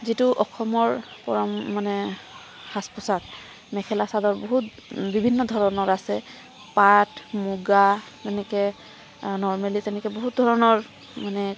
যিটো অসমৰ পৰম মানে সাজ পোচাক মেখেলা চাদৰ বহুত বিভিন্ন ধৰণৰ আছে পাট মুগা এনেকৈ নৰ্মেলি তেনেকৈ বহুত ধৰণৰ মানে